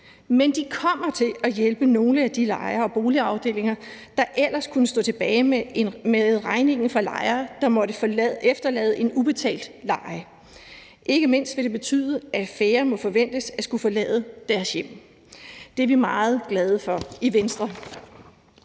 men de kommer til at hjælpe nogle af de lejere og boligafdelinger, der ellers kunne stå tilbage med regningen fra lejere, der måtte efterlade en ubetalt leje. Ikke mindst vil det betyde, at færre må forventes at skulle forlade deres hjem, og det er vi meget glade for i Venstre.